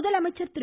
முதலமைச்சர் திரு